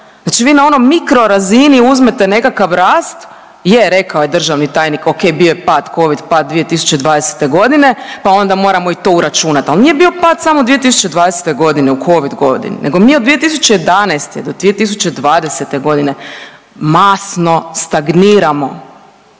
Znači vi ono na mikrorazini uzmete nekakav rast, je rekao je državni tajnik, ok, bio je pad covid pad 2020.g., pa onda moramo i to uračunat, al nije bio pad samo 2020.g. u covid godini nego mi od 2011.-2022.g. masno stagniramo